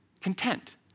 content